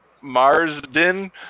Marsden